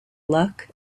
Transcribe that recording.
luck